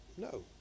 No